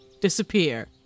disappear